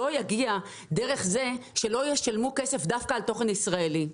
לא יגיע דרך זה שלא ישלמו כסף דווקא על תוכן ישראלי.